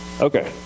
Okay